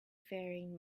faring